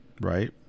right